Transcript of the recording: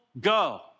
go